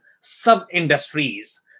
sub-industries